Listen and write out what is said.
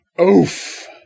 Oof